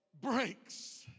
breaks